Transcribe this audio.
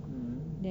mm